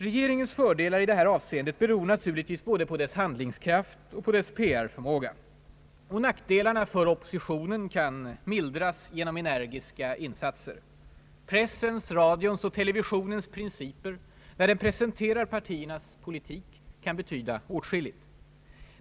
Regeringens fördelar i det här avseendet beror naturligtvis på både dess handlingskraft och dess PR-förmåga. Nackdelarna för oppositionen kan mildras genom energiska insatser. Pressens, radions och televisionens principer när de presenterar partiernas politik kan betyda åtskilligt.